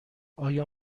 آیا